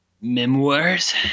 Memoirs